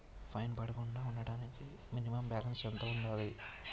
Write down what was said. Fine పడకుండా ఉండటానికి minimum balance ఎంత ఉండాలి?